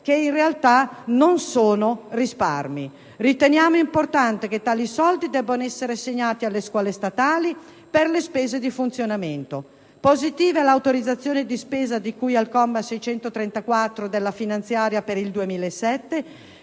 che in realtà non sono tali. Riteniamo importante che tali soldi debbano essere assegnati alle scuole statali per le spese di funzionamento. Positiva è l'autorizzazione di spesa di cui al comma 634 della legge finanziaria per il 2007,